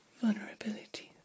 vulnerability